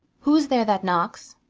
who's there that knocks?